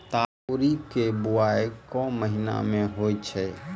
तोरी केँ बोवाई केँ महीना मे होइ छैय?